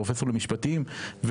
פרופסור למשפטים,